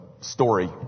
story